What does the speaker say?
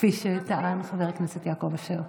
כפי שטען חבר הכנסת יעקב אשר.